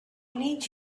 need